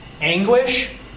Anguish